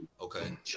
Okay